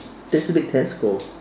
there's a big tesco